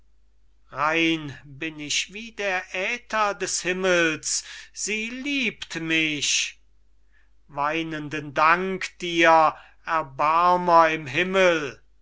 rein bin ich wie der aether des himmels sie liebt mich weinenden dank dir erbarmer im himmel